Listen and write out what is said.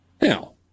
Now